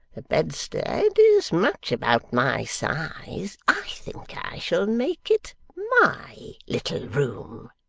the bedstead is much about my size. i think i shall make it my little room